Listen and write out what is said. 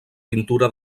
pintura